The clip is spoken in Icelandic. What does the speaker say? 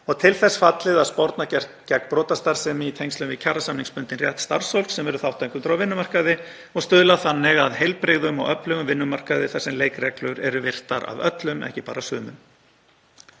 og til þess fallið að sporna gegn brotastarfsemi í tengslum við kjarasamningsbundinn rétt starfsfólks sem eru þátttakendur á vinnumarkaði og stuðla þannig að heilbrigðum og öflugum vinnumarkaði þar sem leikreglur eru virtar af öllum, ekki bara sumum.